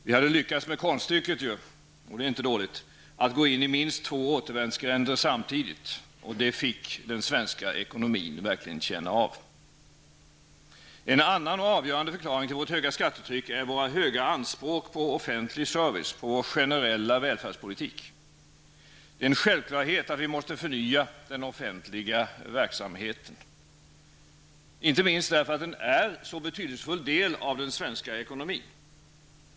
Vi hade lyckats med konststycket -- och det är inte dåligt -- att gå in i minst två återvändsgränder samtidigt, och det fick den svenska ekonomin verkligen känna av. En annan och avgörande förklaring till vårt höga skattetryck är våra höga anspråk på offentlig service, på vår generella välfärdspolitik. Det är en självklarhet att vi måste förnya den offentliga verksamheten, inte minst därför att den är en så betydelsefull del av den svenska ekonomin.